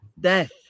death